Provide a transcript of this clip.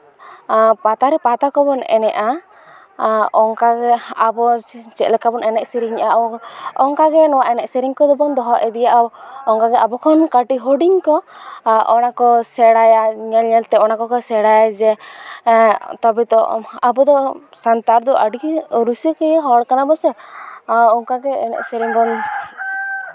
ᱯᱟᱛᱟᱨᱮ ᱯᱟᱛᱟ ᱠᱚᱵᱚᱱ ᱮᱱᱮᱡᱼᱟ ᱚᱱᱠᱟᱜᱮ ᱟᱵᱚ ᱪᱮᱫ ᱞᱮᱠᱟᱵᱚᱱ ᱮᱱᱮᱡ ᱥᱮᱨᱮᱧ ᱮᱜᱼᱟ ᱚᱱᱠᱟᱜᱮ ᱱᱚᱣᱟ ᱮᱱᱮᱡ ᱥᱮᱨᱮᱧ ᱠᱚᱫᱚᱵᱚᱱ ᱫᱚᱦᱚ ᱤᱫᱤᱭᱟ ᱚᱝᱠᱟᱜᱮ ᱟᱵᱚ ᱠᱷᱚᱡ ᱠᱟᱹᱴᱤᱡ ᱦᱩᱰᱤᱧ ᱠᱚ ᱚᱱᱟ ᱠᱚ ᱥᱮᱬᱟᱭᱟ ᱧᱮᱞᱛᱮ ᱚᱱᱟ ᱠᱚᱠᱚ ᱥᱮᱬᱟᱭᱟ ᱡᱮ ᱛᱚᱵᱮ ᱛᱚ ᱟᱵᱚ ᱫᱚ ᱥᱟᱱᱛᱟᱲ ᱫᱚ ᱟᱹᱰᱤᱜᱮ ᱨᱩᱥᱤᱠᱤᱭᱟᱹ ᱦᱚᱲ ᱠᱟᱱᱟᱵᱚᱱ ᱥᱮ ᱚᱱᱠᱟᱜᱮ ᱮᱱᱮᱡ ᱥᱮᱨᱮᱧ ᱵᱚᱱ